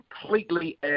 completely